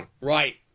Right